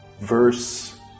Verse